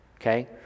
okay